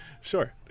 sure